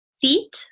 feet